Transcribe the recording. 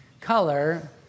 color